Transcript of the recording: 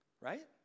right